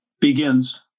begins